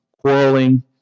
quarreling